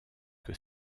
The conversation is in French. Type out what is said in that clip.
que